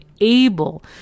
able